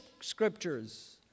scriptures